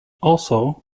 also